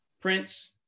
Prince